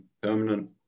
permanent